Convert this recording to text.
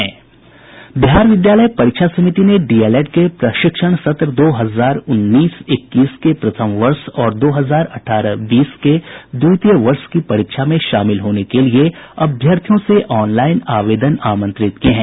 बिहार विद्यालय परीक्षा समिति ने डीएलएड के प्रशिक्षण सत्र दो हजार उन्नीस इक्कीस के प्रथम वर्ष और दो हजार अठारह बीस के द्वितीय वर्ष की परीक्षा में शामिल होने के लिए अभ्यर्थियों से ऑनलाईन आवेदन आमंत्रित किये हैं